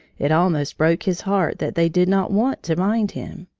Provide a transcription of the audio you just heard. it almost broke his heart that they did not want to mind him.